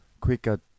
Quicker